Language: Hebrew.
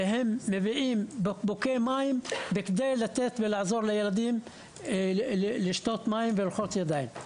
והם מביאים בקבוקי מים בכדי לתת ולעזור לילדים לשתות מים ולרחוץ ידיים.